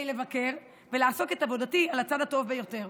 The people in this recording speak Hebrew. לבקר בו כדי לעשות את עבודתי על הצד הטוב ביותר.